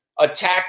attack